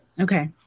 Okay